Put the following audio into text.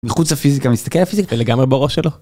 מחוץ לפיזיקה מסתכל על הפיזיקה לגמרי בראש שלו.